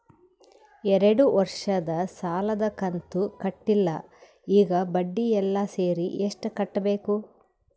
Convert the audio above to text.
ಎರಡು ವರ್ಷದ ಸಾಲದ ಕಂತು ಕಟ್ಟಿಲ ಈಗ ಬಡ್ಡಿ ಎಲ್ಲಾ ಸೇರಿಸಿ ಎಷ್ಟ ಕಟ್ಟಬೇಕು?